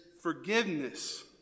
forgiveness